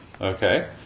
okay